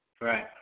Right